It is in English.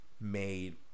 made